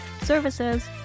services